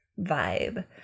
vibe